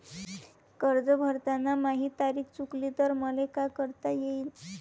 कर्ज भरताना माही तारीख चुकली तर मले का करता येईन?